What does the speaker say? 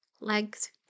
legs